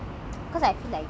cause I've tactics only